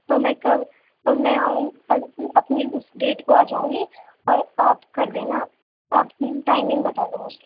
تو میں کب کب میں آؤں اپ اپنی اس ڈیٹ پہ آ جاؤں گی اور آپ کر دینا آپ اپنی ٹائمنگ بتا دو مجھے